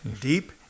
deep